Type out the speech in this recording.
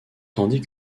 tandis